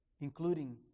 including